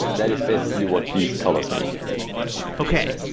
that is basically what these colors mean okay.